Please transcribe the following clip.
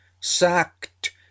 sacked